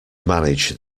manage